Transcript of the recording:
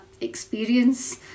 experience